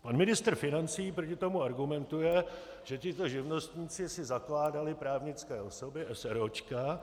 Pan ministr financí proti tomu argumentuje, že tito živnostníci si zakládali právnické osoby, eseróčka.